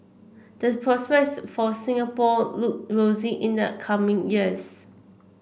this prospects for Singapore look rosy in the coming years